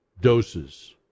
doses